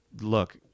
Look